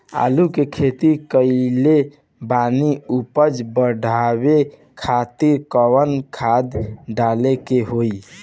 आलू के खेती कइले बानी उपज बढ़ावे खातिर कवन खाद डाले के होई?